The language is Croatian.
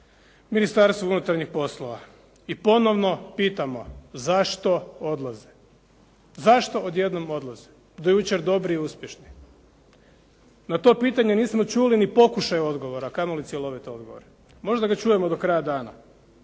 Ministarstvu unutarnjih poslova. I ponovno pitamo, zašto odlaze? Zašto odjednom odlaze do jučer dobri i uspješni? Na to pitanje nismo čuli ni pokušaj odgovora, a kamoli cjelovit odgovor. Možda ga čujemo do kraja dana.